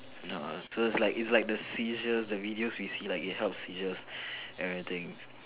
no so it's like it's like the seizures the videos you see like you help seizures everything